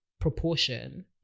proportion